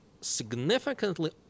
significantly